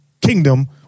kingdom